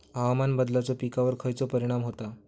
हवामान बदलाचो पिकावर खयचो परिणाम होता?